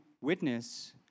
witness